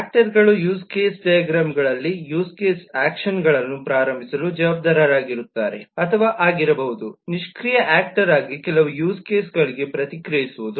ಆಕ್ಟರ್ಗಳು use case diagram ಗಳಲ್ಲಿ use case ಆಕ್ಷನ್ಗಳನ್ನು ಪ್ರಾರಂಭಿಸಲು ಜವಾಬ್ದಾರರಾಗಿರುತ್ತಾರೆ ಅಥವಾ ಆಗಿರಬಹುದು ನಿಷ್ಕ್ರಿಯ ಆಕ್ಟರ್ಆಗಿ ಕೆಲವು ಯೂಸ್ ಕೇಸ್ಗಳಿಗೆ ಪ್ರತಿಕ್ರಿಯಿಸುವುದು